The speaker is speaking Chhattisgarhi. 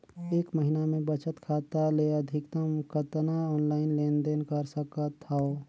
एक महीना मे बचत खाता ले अधिकतम कतना ऑनलाइन लेन देन कर सकत हव?